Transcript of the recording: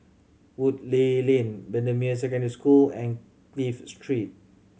Woodleigh Lane Bendemeer Secondary School and Clive Street